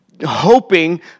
hoping